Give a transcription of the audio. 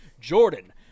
Jordan